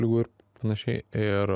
ligų ir panašiai ir